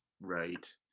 Right